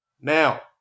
Now